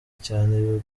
cyane